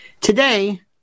Today